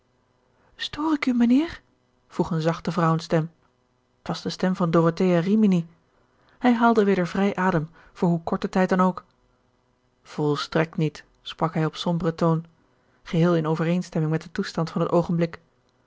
stoor ik u mijnheer vroeg eene zachte vrouwenstem t was de stem van dorothea rimini hij haalde weder vrij adem voor hoe korten tijd dan ook volstrekt niet sprak hij op somberen toon geheel in overeenstemming met den toestand van het oogenblik